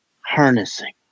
harnessing